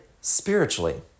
spiritually